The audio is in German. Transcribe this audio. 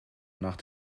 nach